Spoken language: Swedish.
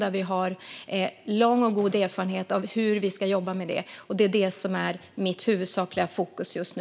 Där har vi lång och god erfarenhet av hur vi ska jobba med det. Det är mitt huvudsakliga fokus just nu.